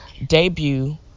debut